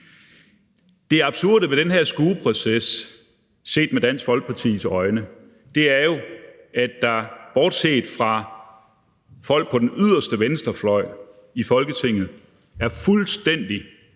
Det absurde ved den her skueproces, set med Dansk Folkepartis øjne, er jo, at der bortset fra folk på den yderste venstrefløj i Folketinget er fuldstændig